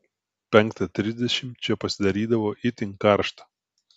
penktą trisdešimt čia pasidarydavo itin karšta